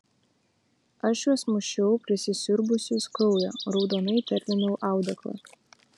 aš juos mušiau prisisiurbusius kraujo raudonai terlinau audeklą